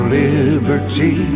liberty